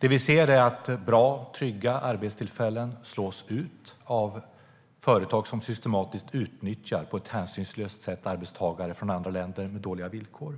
Vi ser att bra, trygga arbetstillfällen slås ut av företag som systematiskt på ett hänsynslöst sätt utnyttjar arbetstagare från andra länder som erbjuds dåliga villkor.